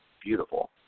beautiful